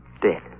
dead